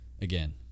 again